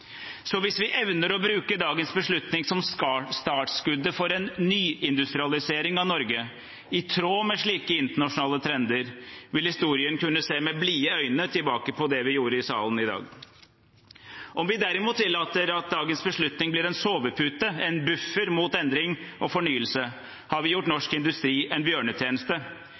Så hvis vi evner å bruke dagens beslutning som startskuddet for en nyindustrialisering av Norge, i tråd med slike internasjonale trender, vil historien kunne se med blide øyne tilbake på det vi gjorde i salen i dag. Om vi derimot tillater at dagens beslutning blir en sovepute, en buffer mot endring og fornyelse, har vi gjort norsk industri en bjørnetjeneste.